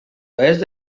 oest